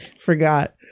Forgot